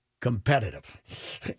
competitive